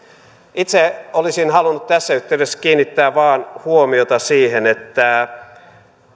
itse olisin halunnut tässä yhteydessä kiinnittää vain huomiota siihen että